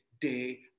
day